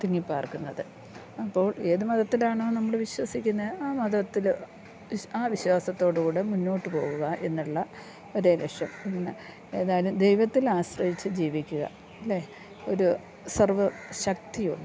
തിങ്ങിപ്പാർക്കുന്നത് അപ്പോൾ ഏത് മതത്തിലാണോ നമ്മൾ വിശ്വസിക്കുന്നത് ആ മതത്തിൽ ആ വിശ്വാസത്തോട് കൂടെ മുന്നോട്ട് പോകുക എന്നുള്ള ഒരേ ലക്ഷ്യം പിന്നെ ഏതായാലും ദൈവത്തിൽ ആശ്രയിച്ചു ജീവിക്കുക അല്ലേ ഒരു സർവ ശക്തിയൊണ്ട്